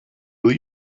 will